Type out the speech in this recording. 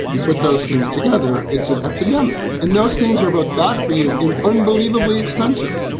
you put those things together. it's an epidemic. and those things are both bad for you in unbelievably expensive.